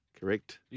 Correct